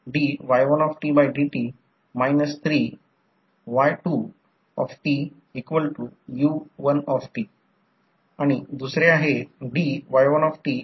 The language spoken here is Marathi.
तर आपल्याकडे आहे जर येथे डॉट लावला जर येथे डॉट लावला आणि येथे डॉट लावला तर जर यासारखी करंटची दिशा घेतली तर N1 I1 N2 I2 याचा अर्थ असा की तेथे अँटी फेजमध्ये आहे याचा अर्थ असा आहे की करंटची दिशा अशा प्रकारे आहे ज्यामुळे हे लोडकडे जात आहे